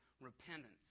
repentance